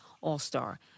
All-Star